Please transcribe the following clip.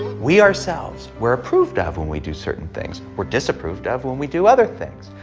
we ourselves, we're approved of when we do certain things we're disapproved of when we do other things.